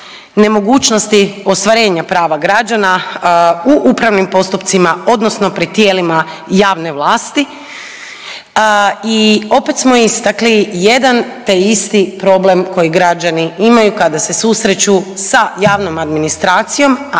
nemogućnosti ostvarenja prava građana u upravnim postupcima odnosno pred tijelima javne vlasti. I opet smo istakli jedan te isti problem koji građani imaju kada se susreću sa javnom administracijom,